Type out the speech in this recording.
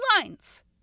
lines